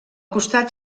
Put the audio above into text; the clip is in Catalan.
costat